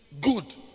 good